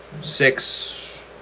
six